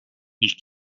ich